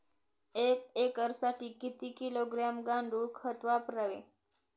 एक एकरसाठी किती किलोग्रॅम गांडूळ खत वापरावे?